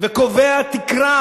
וקובע תקרה.